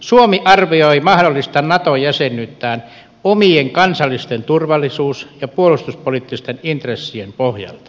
suomi arvioi mahdollista nato jäsenyyttä omien kansallisten turvallisuus ja puolustuspoliittisten intressiensä pohjalta